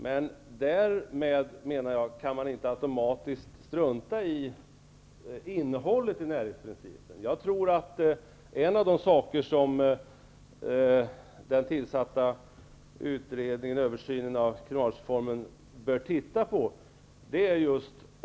Men därmed kan man, menar jag, inte automatiskt strunta i innehållet i närhetsprincipen. Jag tror att det är en av de saker den tillsatta utredningen av kriminalvårdsreformen bör titta på.